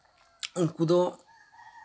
ᱩᱱᱠᱩ ᱫᱚ